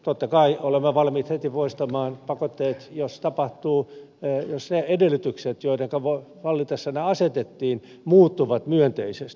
totta kai olemme valmiit heti poistamaan pakotteet jos edellytykset joidenka vallitessa ne asetettiin muuttuvat myönteisesti